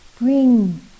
bring